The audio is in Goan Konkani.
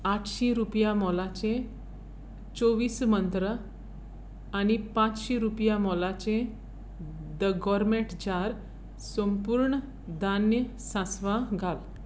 आंठशीं रुपयां मोलाचें चोवीस मंत्रा आनी पांचशीं रुपयां मोलाचें द गॉरमेट ज्यार संपूर्ण धान्य सासवां घाल